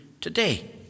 today